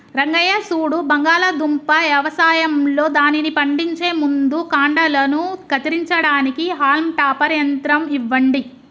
రంగయ్య సూడు బంగాళాదుంప యవసాయంలో దానిని పండించే ముందు కాండలను కత్తిరించడానికి హాల్మ్ టాపర్ యంత్రం ఇవ్వండి